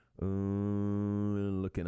Looking